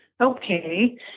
Okay